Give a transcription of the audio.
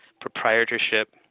proprietorship